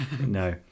No